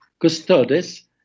custodes